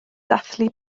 dathlu